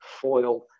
foil